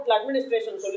administration